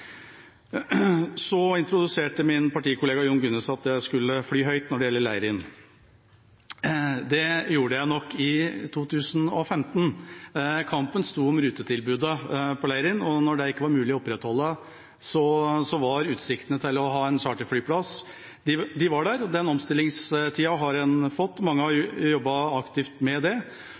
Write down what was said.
Så introduserte min partikollega Jon Gunnes at jeg skulle fly høyt når det gjelder Leirin. Det gjorde jeg nok i 2015. Kampen sto om rutetilbudet på Leirin, og når det ikke var mulig å opprettholde det, var det utsikter til å ha en charterflyplass der. Den omstillingstida har en fått, og mange har jobbet aktivt med det.